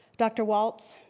dr. waltz,